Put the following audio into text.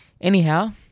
Anyhow